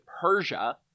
Persia